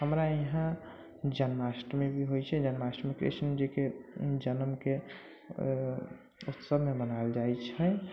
हमरा इहाँ जन्माष्टमी भी होइ छै जन्माष्टमी कृष्ण जीके जन्मके उत्सवमे मनायल जाइ छै